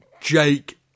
Jake